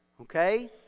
okay